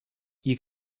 you